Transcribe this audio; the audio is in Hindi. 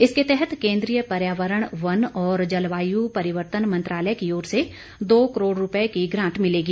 इसके तहत केंद्रीय पर्यावरण वन और जलवायु परिवर्तन मंत्रालय की ओर से दो करोड़ रूपए की ग्रांट मिलेगी